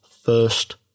first